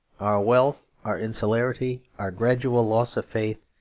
our wealth, our insularity, our gradual loss of faith,